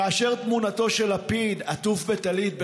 כאשר תמונתו של לפיד עטוף בטלית,